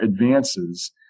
advances